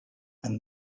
and